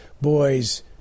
boys